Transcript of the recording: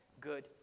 good